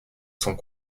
sont